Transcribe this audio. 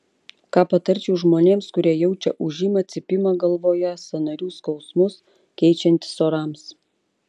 ką patarčiau žmonėms kurie jaučia ūžimą cypimą galvoje sąnarių skausmus keičiantis orams